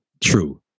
True